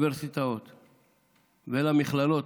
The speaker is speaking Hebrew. לאוניברסיטאות ולמכללות,